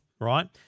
right